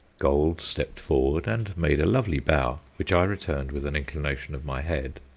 gold stepped forward and made a lovely bow, which i returned with an inclination of my head,